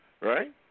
right